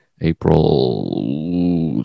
April